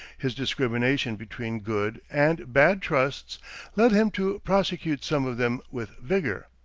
his discrimination between good and bad trusts led him to prosecute some of them with vigor.